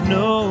no